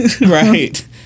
right